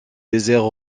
déserts